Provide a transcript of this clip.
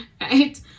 Right